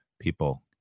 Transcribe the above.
people